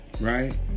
right